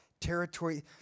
territory